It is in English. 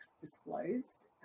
disclosed